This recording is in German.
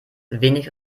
wenig